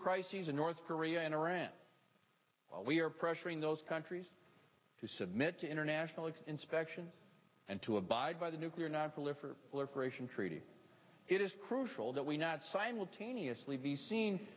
crises in north korea and iran we are pressuring those countries to submit to international inspection and to abide by the nuclear nonproliferation liberation treaty it is crucial that we not simultaneously be seen